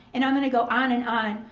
and i'm gonna go on and on,